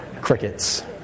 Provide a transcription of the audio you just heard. Crickets